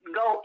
go